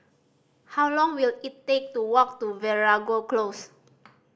how long will it take to walk to Veeragoo Close